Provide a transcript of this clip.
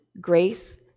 grace